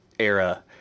era